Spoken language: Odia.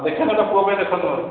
ଦେଖ ଦେଖ ପୁଅ ପାଇଁ ଦେଖ